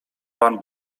pan